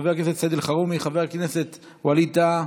חבר הכנסת סעיד אלחרומי, חבר הכנסת ווליד טאהא,